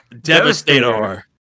Devastator